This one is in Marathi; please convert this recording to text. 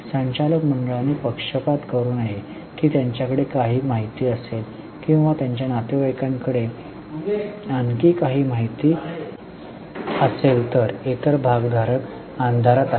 संचालक मंडळाने पक्षपात करु नये की त्यांच्याकडे काही माहिती असेल किंवा त्यांच्या नातेवाईकांकडे आणखी काही माहिती असेल तर इतर भागधारक अंधारात आहेत